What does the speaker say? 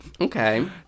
Okay